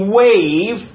wave